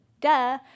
duh